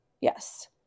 Yes